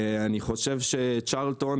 אני חושב שצ'רלטון,